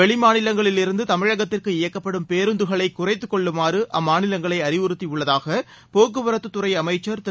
வெளிமாநிலங்களிலிருந்து தமிழகத்திற்கு இயக்கப்படும் பேருந்துகளை குறைத்துக் கொள்ளுமாறு அம்மாநிலங்களை அறிவுறுத்தியுள்ளதாக போக்குவரத்து துறை அமைச்சர் திரு